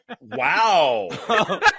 Wow